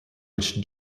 which